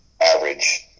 average